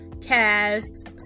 Cast